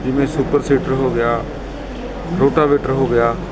ਜਿਵੇਂ super seeder ਹੋ ਗਿਆ ਰੋਟਾਵੇਟਰ ਹੋ ਗਿਆ ਅਤੇ